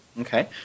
Okay